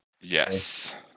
Yes